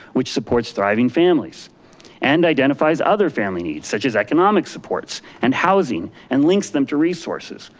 which supports thriving families and identifies other family needs such as economic supports and housing and links them to resources,